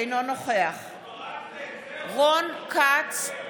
אינו נוכח רון כץ,